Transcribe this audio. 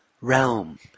realm